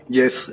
yes